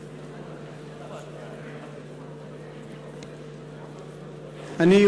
אני,